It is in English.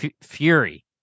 Fury